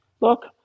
Look